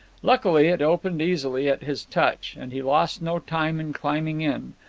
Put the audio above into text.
luckily it opened easily at his touch, and he lost no time in climbing in,